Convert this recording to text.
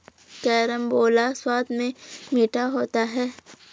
carambola स्वाद में मीठा होता है